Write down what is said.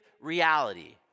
reality